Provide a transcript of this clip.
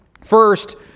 First